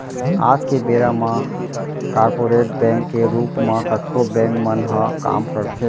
आज के बेरा म कॉरपोरेट बैंक के रूप म कतको बेंक मन ह काम करथे